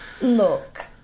Look